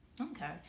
okay